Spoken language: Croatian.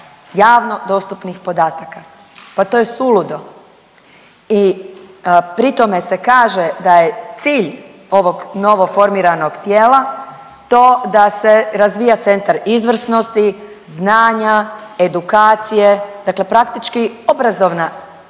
javno dostupnih podataka. Pa to je suludo! I pri tome se kaže da je cilj ovog novo formiranog tijela to da se razvija Centar izvrsnosti, znanja, edukacije, dakle praktički obrazovna